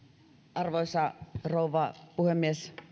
arvoisa rouva puhemies